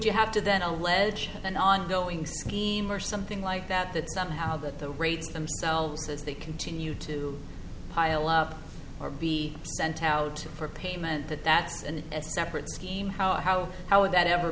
you have to then allege an ongoing scheme or something like that that somehow that the rates themselves as they continue to pile up or be sent out for payment that that's and that separate scheme how how would that ever